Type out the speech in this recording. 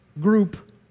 group